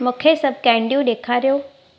मूंखे सभु कैंडियूं ॾेखारियो